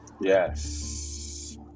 Yes